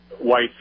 white